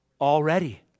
Already